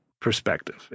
perspective